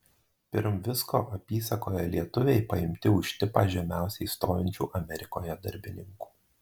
pirm visko apysakoje lietuviai paimti už tipą žemiausiai stovinčių amerikoje darbininkų